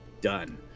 done